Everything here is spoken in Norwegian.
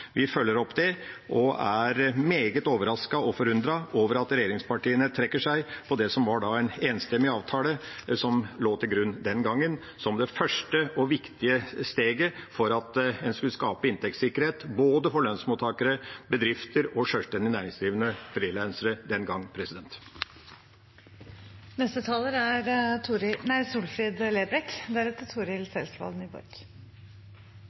Vi følger opp det og er meget overrasket og forundret over at regjeringspartiene trekker seg fra den enstemmige avtalen som lå til grunn den gangen, som det første og viktige steget for å skape inntektssikkerhet for både lønnsmottakere, bedrifter, sjølstendig næringsdrivende og frilansere den gang. Som me veit, er